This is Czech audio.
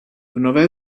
nové